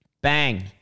Bang